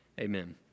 Amen